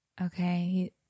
Okay